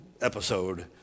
episode